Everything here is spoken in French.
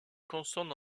consonne